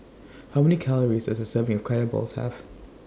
How Many Calories Does A Serving of Kaya Balls Have